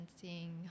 seeing